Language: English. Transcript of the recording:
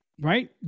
Right